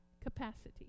capacity